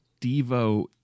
devo